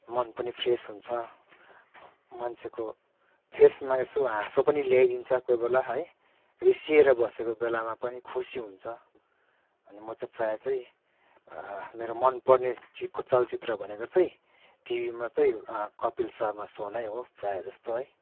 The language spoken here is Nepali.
मन पनि फ्रेस हुन्छ मान्छेको फेसमा यसो हाँसो पनि ल्याइदिन्छ कोही बेला है रिसिएर बसेको बेलामा पनि खुसी हुन्छ अनि म चाहिँ प्रायः चाहिँ मेरो मनपर्ने चिजको चलचित्र भनेको चाहिँ टिभीमा चाहिँ कपिल शर्मा सो नै हो प्रायः जस्तो है